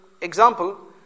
example